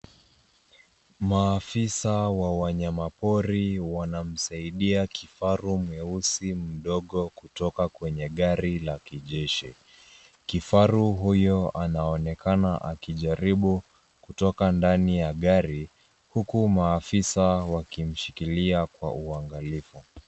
Maafisa wa wanyamapori wanamsaidia kifaru mweusi mdogo kutoka kwenye gari la kijeshi. KIfaru huyu anaonekana kujaribu kutoka ndani ya gari, huku maafisa wakimshika kwa uangalifu.